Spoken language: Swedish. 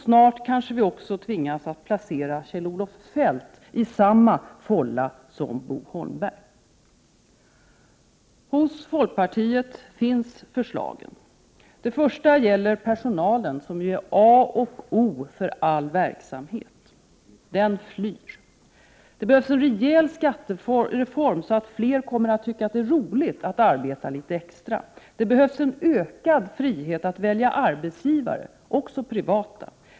Snart tvingas vi kanske att placera Kjell-Olof Feldt i samma fålla som Bo Holmberg. Hos folkpartiet finns förslagen: Det första gäller personalen som är A och O för all verksamhet. Den flyr. Det behövs en rejäl skattereform så att fler kommer att tycka att det är roligt att arbeta litet extra. Det behövs en ökad frihet att välja arbetsgivare, också privata.